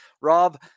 Rob